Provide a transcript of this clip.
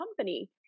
company